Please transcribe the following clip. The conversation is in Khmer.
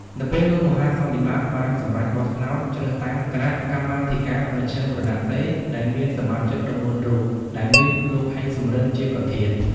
នៅពេលនោះមហាសន្និបាត បានសម្រេចបោះឆ្នោតជ្រើសតាំង គណៈកម្មាធិការមជ្ឈិមរណសិរ្យ ដែលមានសមាជិក ១៤រូប ដែលមានលោក ហេង សំរិន ជាប្រធាន ។